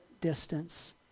distance